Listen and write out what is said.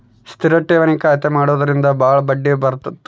ಸ್ಥಿರ ಠೇವಣಿ ಖಾತೆ ಮಾಡುವುದರಿಂದ ಬಾಳ ಬಡ್ಡಿ ಬರುತ್ತ